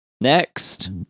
Next